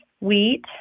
wheat